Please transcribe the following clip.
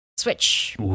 Switch